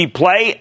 play